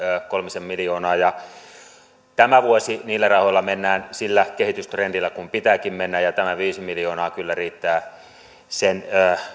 kolmisen miljoonaa tämä vuosi niillä rahoilla mennään sillä kehitystrendillä kuin pitääkin mennä ja tämä viisi miljoonaa kyllä riittää sen